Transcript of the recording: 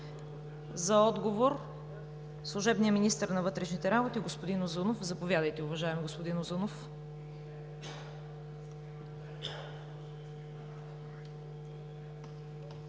За отговор ¬– служебният министър на вътрешните работи господин Узунов. Заповядайте, уважаеми господин Узунов.